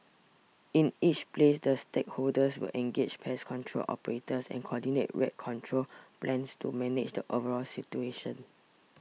in each place the stakeholders will engage pest control operators and coordinate rat control plans to manage the overall situation